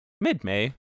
Mid-May